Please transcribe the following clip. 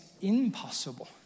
impossible